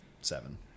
Seven